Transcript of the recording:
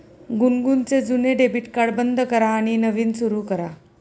गुनगुनचे जुने debit card बंद करा आणि नवीन सुरू करा